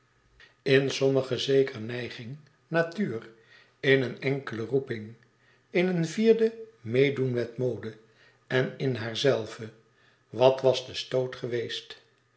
in sommige zekere neiging natuur in een enkele roeping in een vierde meêdoen met mode en in haarzelve wat was de stoot geweest